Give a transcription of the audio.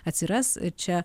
atsiras čia